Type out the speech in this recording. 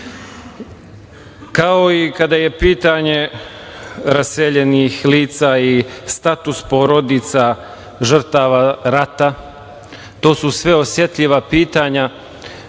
i kada je pitanje raseljenih lica i status porodica žrtava rata, to su sve osetljiva pitanja